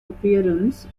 appearance